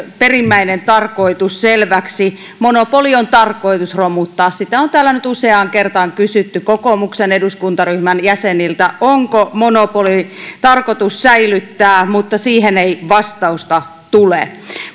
perimmäinen tarkoitus selväksi monopoli on tarkoitus romuttaa sitä on täällä nyt useaan kertaan kysytty kokoomuksen eduskuntaryhmän jäseniltä onko monopoli tarkoitus säilyttää mutta siihen ei vastausta tule